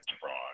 Fraud*